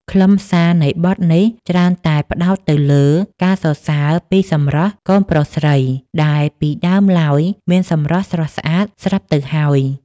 ខ្លឹមសារនៃបទនេះច្រើនតែផ្តោតទៅលើការសរសើរពីសម្រស់កូនប្រុសស្រី ដែលពីដើមឡើយមានសម្រស់ស្រស់ស្អាតស្រាប់ទៅហើយ